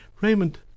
Raymond